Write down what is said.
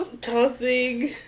Tossing